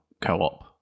co-op